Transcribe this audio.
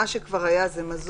מה שכבר היה בנוסח החוק,